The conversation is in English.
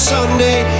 Sunday